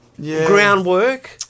groundwork